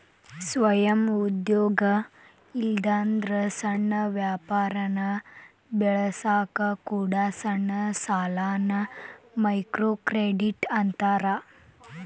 ಸ್ವಯಂ ಉದ್ಯೋಗ ಇಲ್ಲಾಂದ್ರ ಸಣ್ಣ ವ್ಯಾಪಾರನ ಬೆಳಸಕ ಕೊಡೊ ಸಣ್ಣ ಸಾಲಾನ ಮೈಕ್ರೋಕ್ರೆಡಿಟ್ ಅಂತಾರ